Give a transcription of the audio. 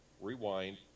rewind